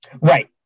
Right